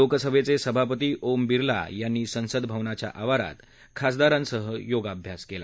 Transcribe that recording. लोकसभद्वसिभापती ओम बिर्ला यांनी संसद भवनाच्या आवारात खासदारांसह योगाभ्यास केला